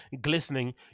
glistening